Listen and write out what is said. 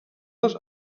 les